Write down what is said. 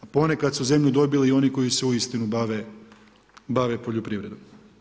Ponekad su zemlju dobili i oni koji se uistinu bave poljoprivredom.